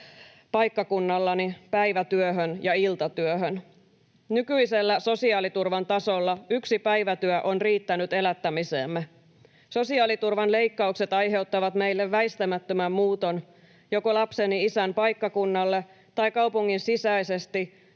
paikkakunnallani päivätyöhön ja iltatyöhön. Nykyisellä sosiaaliturvan tasolla yksi päivätyö on riittänyt elättämiseemme. Sosiaaliturvan leikkaukset aiheuttavat meille väistämättömän muuton joko lapseni isän paikkakunnalle tai kaupungin sisäisesti